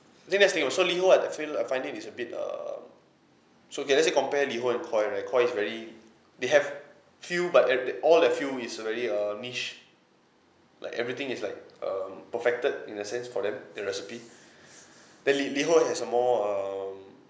then next thing so liho I've that feel I find it is a bit err so okay let's say compare liho and koi right koi is very they have few but every that all that few is uh very err niche like everything is like um perfected in the sense for them their recipe then li~ liho has a more um